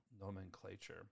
nomenclature